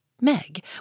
Meg